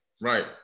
Right